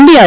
DR